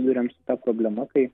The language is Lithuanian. susiduriam su ta problema kai